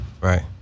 Right